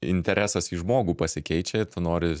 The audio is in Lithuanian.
interesas į žmogų pasikeičia tu nori